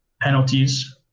penalties